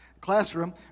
classroom